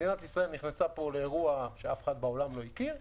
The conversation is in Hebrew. מדינת ישראל נכנסה פה לאירוע שאף אחד בעולם לא הכיר,